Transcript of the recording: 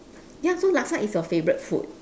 ya so laksa is your favourite food